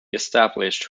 established